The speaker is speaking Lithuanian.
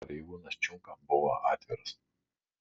pareigūnas čiunka buvo atviras